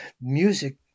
music